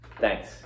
Thanks